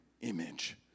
image